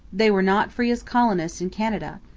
they were not free as colonists in canada.